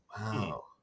Wow